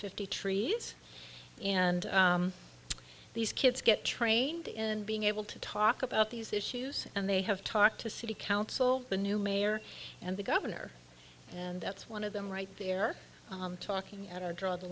fifty trees and these kids get trained in being able to talk about these issues and they have talked to city council the new mayor and the governor and that's one of them right there talking at our draw the